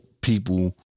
people